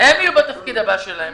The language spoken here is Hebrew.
הם יהיו בתפקיד הבא שלהם.